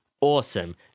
Awesome